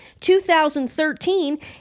2013